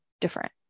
different